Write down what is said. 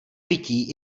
vytí